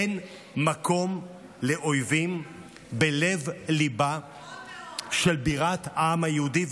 אין מקום לאויבים בלב-ליבה של בירת העם היהודי.